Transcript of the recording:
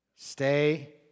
Stay